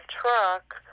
truck